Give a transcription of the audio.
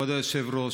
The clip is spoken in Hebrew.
כבוד היושב-ראש,